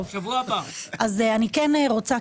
בשבוע הבא יתקיים דיון בנושא.